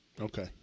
Okay